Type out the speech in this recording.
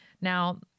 Now